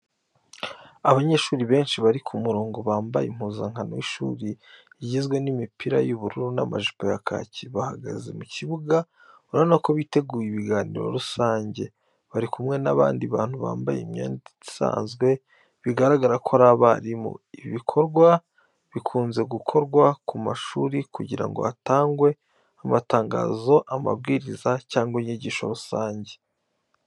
Abanyeshuri benshi bari ku murongo, bambaye impuzankano y’ishuri igizwe n'imipira y'ubururu n'amajipo ya kaki, bahagaze mu kibuga, urabona ko biteguye ibiganiro rusange, bari kumwe n'abandi bantu bambaye imyenda isanzwe bigaragara ko ari abarimu. Ibi bikorwa bikunze gukorwa ku mashuri kugira ngo hatangwe amatangazo, amabwiriza cyangwa inyigisho rusange.